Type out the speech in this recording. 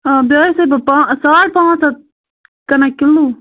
آ بیٚیہِ ٲسَے بہٕ پانہٕ ساڑ پانٛژھ ہَتھ کٕنان کِلوٗ